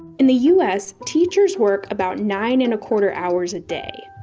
in the us, teachers work about nine and a quarter hours a day.